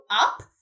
up